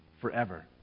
forever